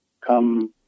Come